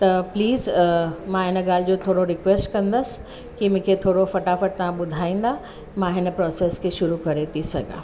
please मां इन ॻाल्हि जो थोरो रिक्वैस्ट कंदसि कि मूंखे थोरो फटाफटि ॿुधाईंदा मां हिन प्रोसेस खे शुरू करे थी सघां